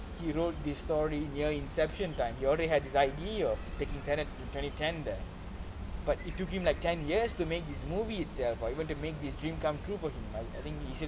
he wrote this story near inception time he already had this idea that he had in twenty ten then but it took him like ten years to make his movie itself or even to make his dream come true for him I think he said in